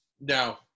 No